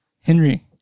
Henry